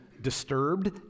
disturbed